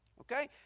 okay